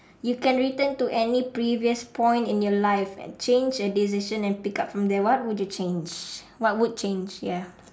you can return to any previous point in your life change a decision and pick up from there what would you change what would change ya